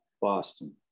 boston